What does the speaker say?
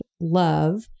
love